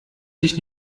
dich